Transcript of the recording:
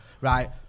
right